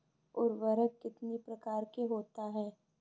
उर्वरक कितनी प्रकार के होता हैं?